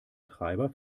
treiber